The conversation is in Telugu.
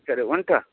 సరే ఉంటాను